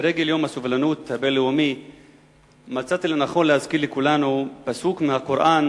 לרגל יום הסובלנות הבין-לאומי מצאתי לנכון להזכיר לכולנו פסוק מהקוראן,